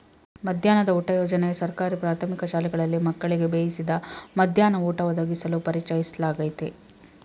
ಮಧ್ಯಾಹ್ನದ ಊಟ ಯೋಜನೆ ಸರ್ಕಾರಿ ಪ್ರಾಥಮಿಕ ಶಾಲೆಗಳಲ್ಲಿ ಮಕ್ಕಳಿಗೆ ಬೇಯಿಸಿದ ಮಧ್ಯಾಹ್ನ ಊಟ ಒದಗಿಸಲು ಪರಿಚಯಿಸ್ಲಾಗಯ್ತೆ